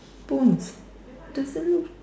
bone doesn't look